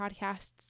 podcasts